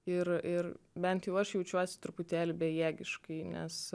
ir ir bent jau aš jaučiuosi truputėlį bejėgiškai nes